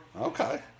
Okay